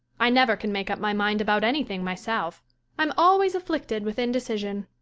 i never can make up my mind about anything myself i'm always afflicted with indecision.